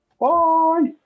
Bye